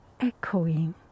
echoing